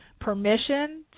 permission